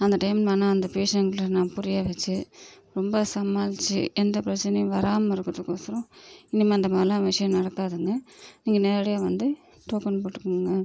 அந்த டைம் ஆனால் அந்த பேஷண்ட்டுக்கு நான் புரிய வச்சு ரொம்ப சமாளித்து எந்த பிரச்சினையும் வராமல் இருக்கிறதுக்கோரம் இனிமே அந்தமாதிரிலாம் விஷயம் நடக்காதுங்க நீங்கள் நேரடியாக வந்து டோக்கன் போட்டுக்கோங்க